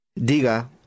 Diga